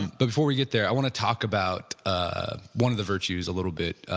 but before we get there i want to talk about ah one of the virtues a little bit,